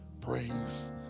praise